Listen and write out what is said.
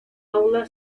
paula